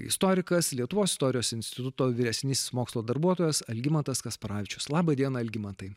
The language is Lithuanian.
istorikas lietuvos istorijos instituto vyresnysis mokslo darbuotojas algimantas kasparavičius laba diena algimantai